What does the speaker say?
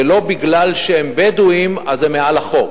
ולא מפני שהם בדואים הם מעל החוק,